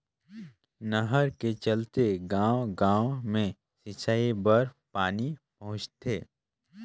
नहर के चलते गाँव गाँव मे सिंचई बर पानी पहुंचथे